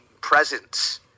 presence